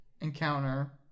encounter